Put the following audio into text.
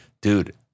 dude